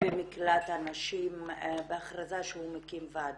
במקלט הנשים יצא ראש הממשלה בהכרזה שהוא מקים ועדה.